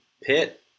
pit